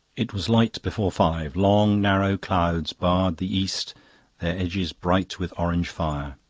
it was light before five. long, narrow clouds barred the east, their edges bright with orange fire.